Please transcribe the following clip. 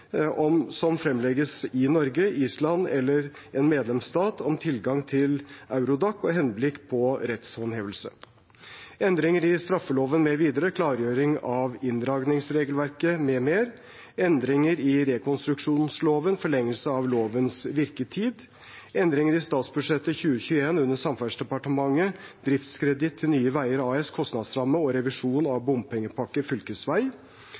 som fremlegges i Norge, Island eller en medlemsstat, om tilgang til Eurodac med henblikk på rettshåndhevelse (Prop. 239 LS Endringer i straffeloven mv. (Prop. 241 L Endringer i rekonstruksjonsloven (Prop. 242 L Endringar i statsbudsjettet 2021 under Samferdselsdepartementet og revisjon av bompengepakke (Prop. 2 S Endringer i inkassoloven og